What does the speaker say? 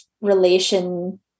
relation